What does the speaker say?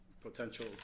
potential